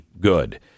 good